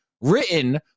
written